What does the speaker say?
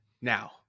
now